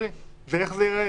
איך זה ייראה?